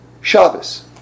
Shabbos